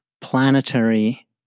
planetary